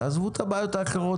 תעזבו את הבעיות האחרות